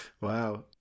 Wow